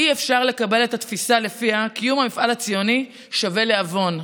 אי-אפשר לקבל את התפיסה שלפיה קיום המפעל הציוני שווה לעוון.